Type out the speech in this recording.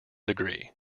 degree